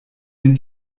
den